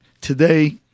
Today